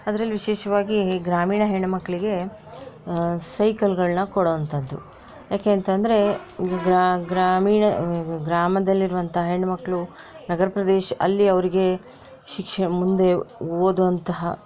ಅದರಲ್ಲಿ ವಿಶೇಷವಾಗಿ ಈ ಗ್ರಾಮೀಣ ಹೆಣ್ಣುಮಕ್ಕಳಿಗೆ ಸೈಕಲ್ಗಳನ್ನ ಕೊಡೋ ಅಂಥದ್ದು ಯಾಕೇಂತಂದ್ರೆ ಈಗ ಗ್ರಾಮೀಣ ಗ್ರಾಮದಲ್ಲಿರುವಂಥ ಹೆಣ್ಣುಮಕ್ಕಳು ನಗರ ಪ್ರದೇಶ ಅಲ್ಲಿ ಅವರಿಗೆ ಶಿಕ್ಷೆ ಮುಂದೆ ಓದುವಂತಹ